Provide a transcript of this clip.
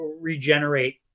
regenerate